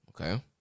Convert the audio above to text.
Okay